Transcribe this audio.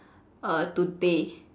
err today